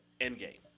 endgame